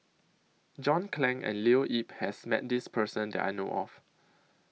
John Clang and Leo Yip has Met This Person that I know of